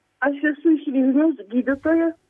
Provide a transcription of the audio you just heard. aš esu iš vilniaus gydytoja